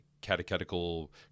catechetical